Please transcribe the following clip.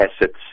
assets